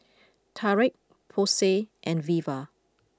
Tarik Posey and Veva